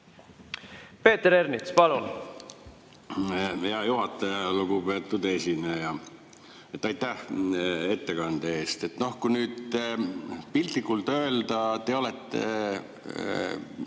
Peeter Ernits, palun!